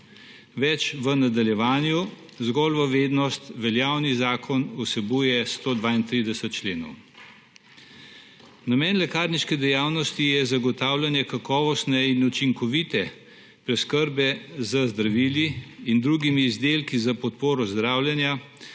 Več v nadaljevanju, zgolj v vednost, veljavni zakon vsebuje 132 členov. Namen lekarniške dejavnosti je zagotavljanje kakovostne in učinkovite preskrbe z zdravili in drugimi izdelki za podporo zdravljenja